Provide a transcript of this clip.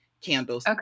candles